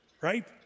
right